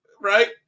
right